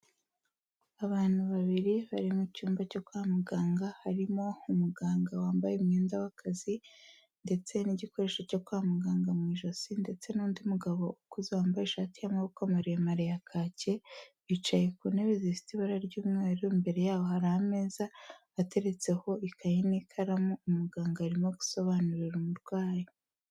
Abantu babiri bari mu cyumba cyo kwa muganga, harimo umuganga wambaye umwenda w'akazi ndetse n'igikoresho cyo kwa muganga mu ijosi ndetse n'undi mugabo ukuze wambaye ishati y'amaboko maremare ya kake, bicaye ku ntebe zifite ibara ry'umweru, imbere yabo hari ameza ateretseho ikayi n'ikaramu. Umuganga arimo gusobanurira umurwayi.